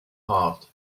halved